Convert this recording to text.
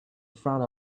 front